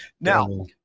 Now